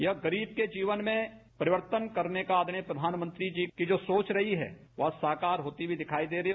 यह गरीब के जीवन में परिवर्तन करने का आदरणीय प्रधानमंत्री जी की जा सोच रही है वह साकार होती हुई दिखाई दे रही है